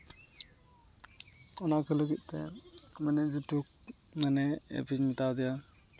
ᱚᱱᱟ ᱠᱚ ᱞᱟᱹᱜᱤᱫ ᱛᱮ ᱢᱟᱱᱮ ᱡᱮ ᱴᱩᱠ ᱢᱟᱱᱮ ᱵᱟᱹᱧ ᱢᱮᱛᱟᱣ ᱫᱮᱭᱟ